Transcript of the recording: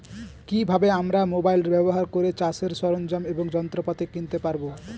কি ভাবে আমরা মোবাইল ব্যাবহার করে চাষের সরঞ্জাম এবং যন্ত্রপাতি কিনতে পারবো?